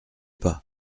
pas